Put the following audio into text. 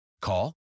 Call